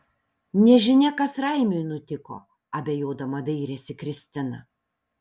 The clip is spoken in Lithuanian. nežinia kas raimiui nutiko abejodama dairėsi kristina